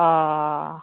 अ